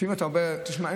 לפעמים אתה אומר: שמע,